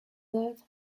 that